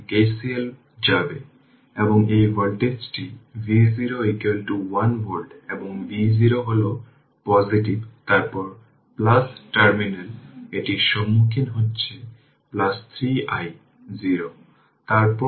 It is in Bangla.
একে ইউনিট স্টেপ ফাংশনের পরিপ্রেক্ষিতে vt v0 u t i 3 হিসাবে এক্সপ্রেস করা যেতে পারে